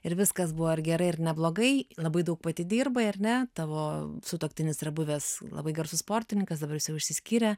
ir viskas buvo ir gerai ir neblogai labai daug pati dirbai ar ne tavo sutuoktinis yra buvęs labai garsus sportininkas dabar jūs jau išsiskyrę